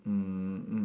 mm mm